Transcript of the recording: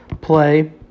play